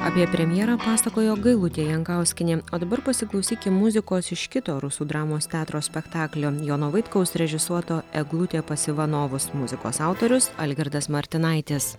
apie premjerą pasakojo gailutė jankauskienė o dabar pasiklausykim muzikos iš kito rusų dramos teatro spektaklio jono vaitkaus režisuoto eglutė pas ivanovus muzikos autorius algirdas martinaitis